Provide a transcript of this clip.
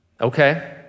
Okay